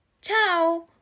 ciao